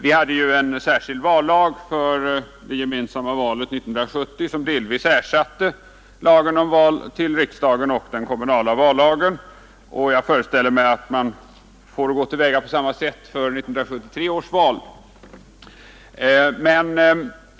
Vi hade ju en särskild vallag för det gemensamma valet 1970, som delvis ersatte lagen om val till riksdagen och den kommunala vallagen. Jag föreställer mig att man får gå till väga på samma sätt till 1973 års val.